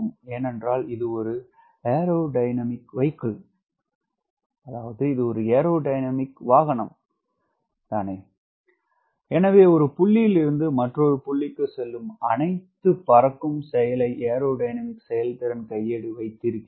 ஏனென்றால் இது ஒரு ஏரோதியனமிக் வாகனம் தானே எனவே ஒரு புள்ளியிலிருந்து மற்றொரு புள்ளிக்கு செல்லும் அனைத்து பறக்கும் செயலை ஏரோடையனாமிக் செயல்திறன் கையேடு வைத்திருக்கிறது